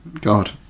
god